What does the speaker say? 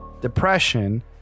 depression